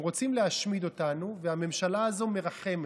הם רוצים להשמיד אותנו, והממשלה הזאת מרחמת.